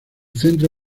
centro